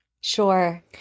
Sure